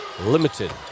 limited